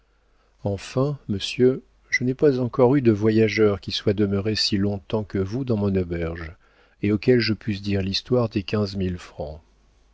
enfin monsieur je n'ai pas encore eu de voyageur qui soit demeuré si longtemps que vous dans mon auberge et auquel je pusse dire l'histoire des